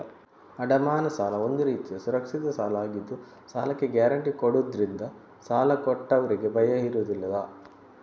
ಅಡಮಾನ ಸಾಲ ಒಂದು ರೀತಿಯ ಸುರಕ್ಷಿತ ಸಾಲ ಆಗಿದ್ದು ಸಾಲಕ್ಕೆ ಗ್ಯಾರಂಟಿ ಕೊಡುದ್ರಿಂದ ಸಾಲ ಕೊಟ್ಟವ್ರಿಗೆ ಭಯ ಇರುದಿಲ್ಲ